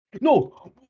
No